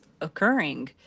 occurring